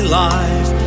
life